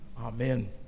Amen